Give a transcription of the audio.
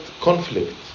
conflict